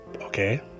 okay